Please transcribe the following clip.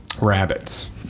rabbits